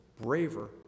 braver